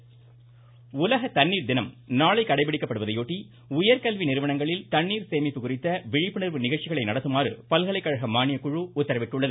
உலக தண்ணீர் தினம் உலக தண்ணீர் தினம் நாளை கடைபிடிக்கப்படுவதையொட்டி உயர்கல்வி நிறுவனங்களில் தண்ணீர் சேமிப்பு குறித்த விழிப்புணர்வு நிகழ்ச்சிகளை நடத்துமாறு பல்கலைக்கழக மானியக்குழு உத்தரவிட்டுள்ளது